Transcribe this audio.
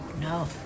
no